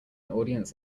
audience